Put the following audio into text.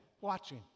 watching